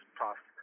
past